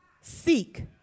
Seek